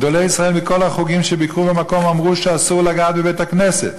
גדולי ישראל מכל החוגים שביקרו במקום אמרו שאסור לגעת בבית-הכנסת.